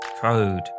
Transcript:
code